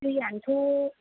दैयानोथ'